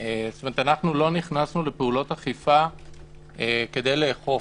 זאת אומרת שלא נכנסנו לפעולות אכיפה כדי לאכוף,